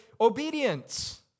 Obedience